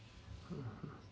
hmm hmm